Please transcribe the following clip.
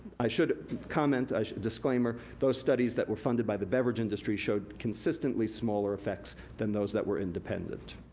i should comment, a disclaimer, those studies that were funded by the beverage industry showed consistently smaller effects than those that were independent.